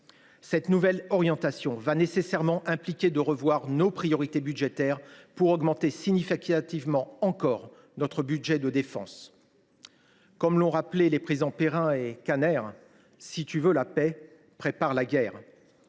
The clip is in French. Cette nouvelle orientation impliquera nécessairement de revoir nos priorités budgétaires pour augmenter encore significativement notre budget de défense. Comme l’ont rappelé les présidents Perrin et Kanner, « si tu veux la paix, prépare la guerre ».